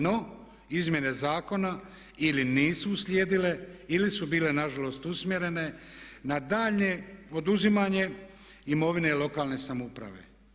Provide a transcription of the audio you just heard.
No, izmjene zakona ili nisu uslijedile ili su bile nažalost usmjerene na daljnje oduzimanje imovine lokalne samouprave.